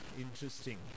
interesting